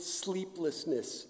sleeplessness